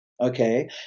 okay